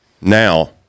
Now